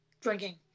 drinking